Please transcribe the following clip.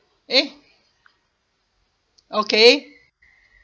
eh okay